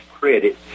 credit